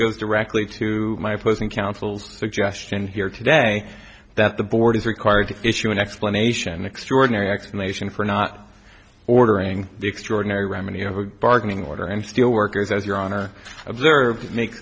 goes directly to my opposing counsel's suggestion here today that the board is required to issue an explanation extraordinary explanation for not ordering the extraordinary remedy you know bargaining order and steel workers as your honor observed